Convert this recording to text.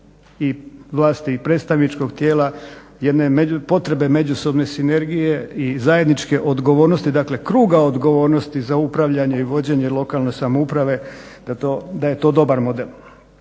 vlasti i predstavničkog tijela jedne potrebe međusobne sinergije i zajedničke odgovornosti, dakle kruga odgovornosti za upravljanje i vođenje lokalne samouprave da je to dobar model.